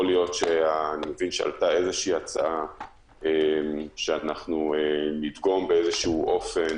אני מבין שעלתה הצעה שנדגום באיזשהו אופן